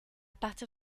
partir